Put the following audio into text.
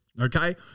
Okay